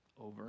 Over